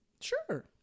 Sure